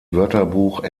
wörterbuch